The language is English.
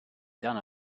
done